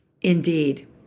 Indeed